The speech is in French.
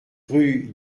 rue